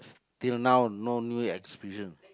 till now no new experience